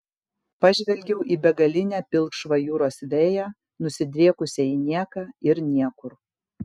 pažvelgiau į begalinę pilkšvą jūros veją nusidriekusią į nieką ir niekur